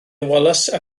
wallace